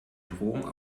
drohung